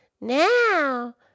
Now